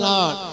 Lord